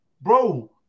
bro